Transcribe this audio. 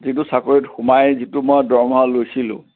যিটো চাকৰীত সোমাই যিটো মই দৰমহা লৈছিলোঁ